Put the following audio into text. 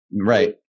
Right